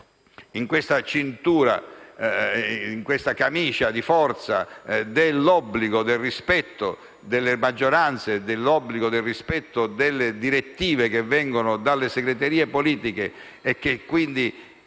in questa cintura, in questa camicia di forza costituita dall'obbligo del rispetto delle maggioranze e dall'obbligo del rispetto delle direttive che vengono dalle segreterie politiche che